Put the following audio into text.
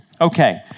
Okay